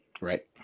Right